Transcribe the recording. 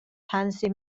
pansy